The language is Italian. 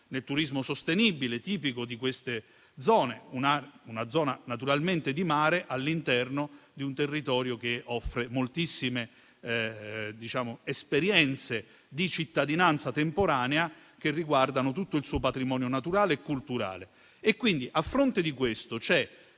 nel turismo sostenibile, tipico di quelle zone, ossia una zona di mare all'interno di un territorio che offre moltissime esperienze di cittadinanza temporanea che riguardano tutto il suo patrimonio naturale e culturale. A fronte di questo, c'è